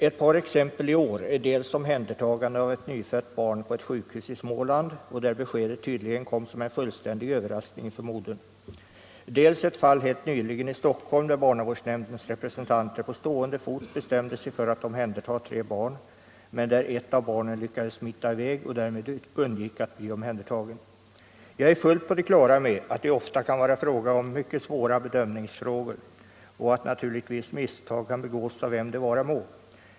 Ett par exempel i år är dels omhändertagandet av ett nyfött barn på ett sjukhus i Småland — där beskedet tydligen kom som en fullständig överraskning för modern —, dels ett fall helt nyligen i Stockholm där barnavårdsnämndens representanter på stående fot bestämde sig för att omhänderta tre barn men där ett av barnen lyckades smita i väg och därmed undgick att bli omhändertaget. Jag är fullt på det klara med att det ofta kan vara fråga om mycket svåra bedömningar och att naturligtvis misstag kan begås av vem det vara må.